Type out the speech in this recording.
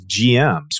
GMs